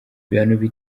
ibihano